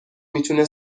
میتونه